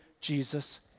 Jesus